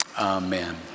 amen